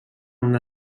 una